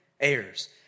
heirs